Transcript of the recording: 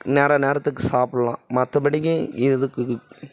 நேர நேரத்துக்கு சாப்பிட்லாம் மற்றபடிக்கி இதுக்கு